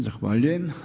Zahvaljujem.